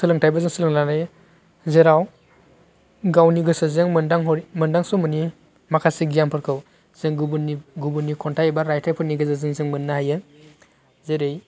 सोलोंथाइबो जों सोलोंनानै लानो हायो जेराव गावनि गोसोजों मोनदांहरै मोनदांस' मोनै माखासे गियानफोरखौ जों गुबुननि गुबुननि खन्थाइ एबा रायथाइफोरनि गेजेरजों जों मोननो हायो जेरै